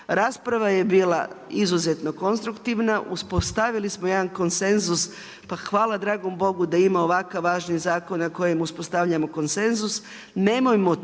Rasprava je bila izuzetno konstruktivna, uspostavili smo jedan konsenzus pa hvala dragom Bogu da ima ovakvih važnih zakona kojim uspostavljamo konsenzus.